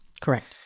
Correct